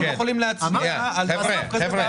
אנחנו לא יכולים להצביע על דבר כזה.